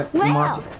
warmer